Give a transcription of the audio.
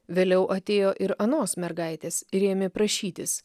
vėliau atėjo ir anos mergaitės ir ėmė prašytis